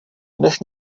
než